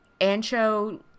ancho